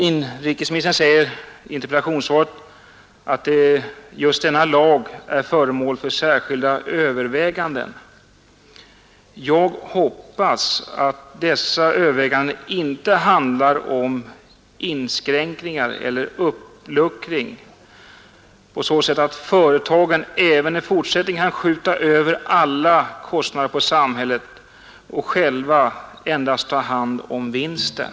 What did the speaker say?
Inrikesministern säger i interpellationssvaret att just denna lag är föremål för särskilda överväganden. Jag hoppas att dessa överväganden inte handlar om inskränkningar eller uppluckring, så att företagen även i fortsättningen kan skjuta över alla kostnader på samhället och själva bara ta hand om vinsten.